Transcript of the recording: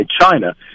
China